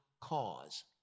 cause